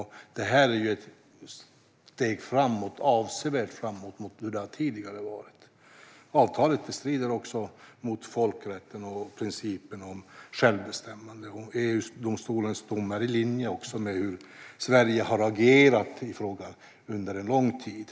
Det här är ett avsevärt steg framåt mot hur det har varit tidigare. Avtalet strider också mot folkrätten och principen om självbestämmande, och EU-domstolens dom är också i linje med hur Sverige har agerat i frågan under en lång tid.